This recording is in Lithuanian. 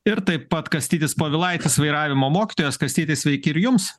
ir taip pat kastytis povilaitis vairavimo mokytojas kastyti sveiki ir jums